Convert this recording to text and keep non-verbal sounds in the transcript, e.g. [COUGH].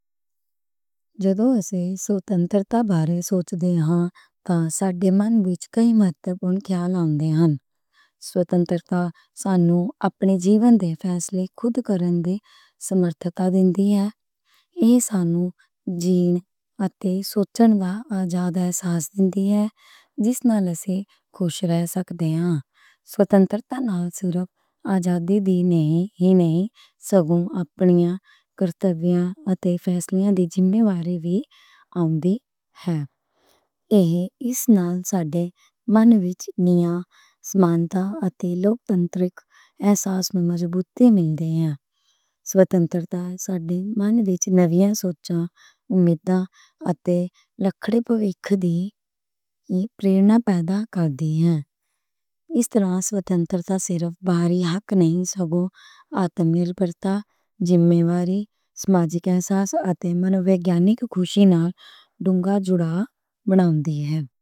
جدوں اسیں آزادی بارے سوچدے ہاں، تاڈے من وچ کئی اہم خیال آؤندے نیں۔ آزادی سانوں اپنے جیون دے فیصلے خود کرنے دی صلاحیت دیوے ہے۔ ایہ سانوں جیون اتے سوچن دا آزاد احساس دیوے ہے، جس نال اسی خوش رہ سکدے ہاں۔ آزادی نال صرف آزادی دی نہیں، سگوں اپنیاں، کمانیاں اتے فیصلے دی ذمہ داری وی آؤندی ہے۔ ایہو جے نال سانوں من وچ انصاف، برابری اتے جمہوری احساس نوں مضبوطی مل دی ہے۔ آزادی سانوں من وچ نویاں سوچاں، امیداں اتے لکھے جاون توں بعد والے [HESITATION] پریرنا پیدا کر دی ہے۔ ایس طرح آزادی صرف ایک حق نہیں سگوں خودمختاری، ذمہ واری، سماجی احساس اتے ذہنی خوشی نال گہرا جُڑا بناؤندی ہے۔